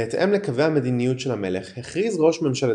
בהתאם לקווי המדיניות של המלך הכריז ראש ממשלת